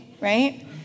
right